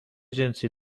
جنسی